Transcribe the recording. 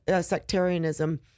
sectarianism